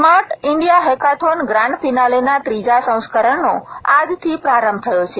smart India hackathon grand ફીનાલેના ત્રીજા સંસ્કરણનો આજથી પ્રારંભ થયો છે